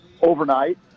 overnight